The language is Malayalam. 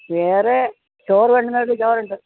വേറേ ചോറ് വേണ്ടുന്നവർക്ക് ചോറ് ഉണ്ട്